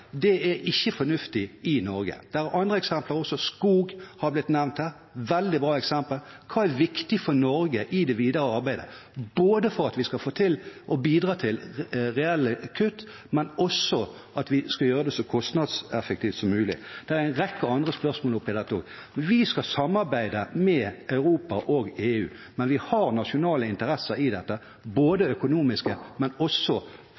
andre land, ikke er fornuftig i Norge. Det er andre eksempler også. Skog er blitt nevnt her – et veldig bra eksempel. Hva er viktig for Norge i det videre arbeidet – både for at vi skal få til og bidra til reelle kutt, og for at vi skal gjøre det så kostnadseffektivt som mulig? Det er en rekke andre spørsmål oppi dette også. Vi skal samarbeide med Europa og EU, men vi har nasjonale interesser i dette – økonomisk, men vi må også